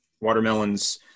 Watermelons